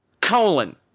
colon